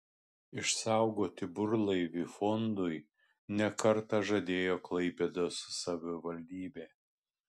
išsaugoti burlaivį fondui ne kartą žadėjo klaipėdos savivaldybė